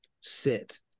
sit